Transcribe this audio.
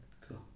cool